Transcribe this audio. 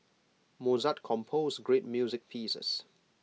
Mozart composed great music pieces